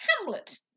hamlet